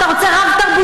אתה רוצה רב-תרבותיות,